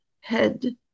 head